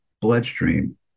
bloodstream